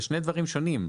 זה שני דברים שונים,